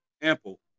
ample